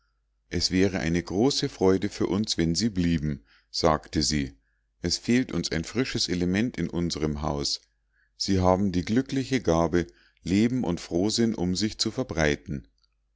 es wäre eine große freude für uns wenn sie blieben sagte sie es fehlt uns ein frisches element in unsrem hause sie haben die glückliche gabe leben und frohsinn um sich zu verbreiten